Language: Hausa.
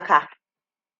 haka